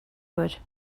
good